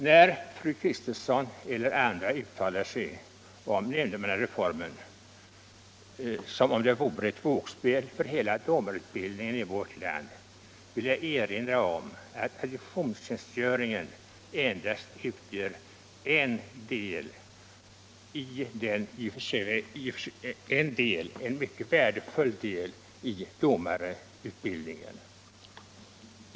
När fru Kristensson eller andra uttalar sig om nämndemannareformen som om den vore ett vågspel för hela domarutbildningen i vårt land vill jag erinra om att adjunktionstjänstgöringen endast utgör en del - en mycket värdefull del — av domarutbildningen.